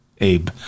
Abe